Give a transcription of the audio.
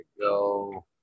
go